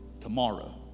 tomorrow